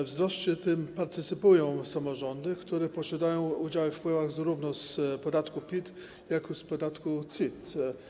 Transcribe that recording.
We wzroście tym partycypują samorządy, które posiadają udziały we wpływach zarówno z podatku PIT, jak i z podatku CIT.